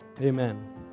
Amen